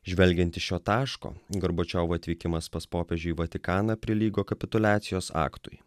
žvelgiant iš šio taško gorbačiovo atvykimas pas popiežių į vatikaną prilygo kapituliacijos aktui